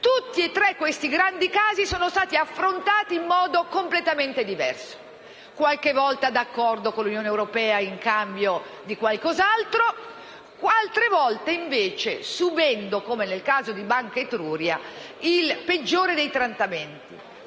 Tutti e tre questi grandi casi sono stati affrontati in modo completamente diverso: qualche volta d'accordo con l'Unione europea in cambio di qualcos'altro, altre volte invece subendo, come nel caso di Banca Etruria, il peggiore dei trattamenti.